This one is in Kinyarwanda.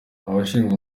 abashinzwe